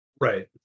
right